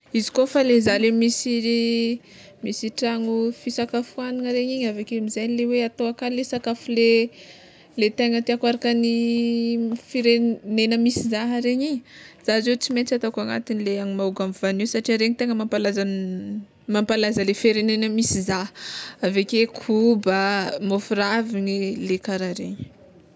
Izy kôfa le zah le misy misy tragno fisakafoagnana regny igny aveke amizay le hoe atao nakagny le sakafo le tegna tiàko araka ny firenena misy zah regny igny, zah zao tsy maintsy ataoko agnatiny le hanimahogo amy voanio, satria regny tegna mampalaza mampalaza le firenena misy zah, aveke koba, mofo ravigny le kara regny.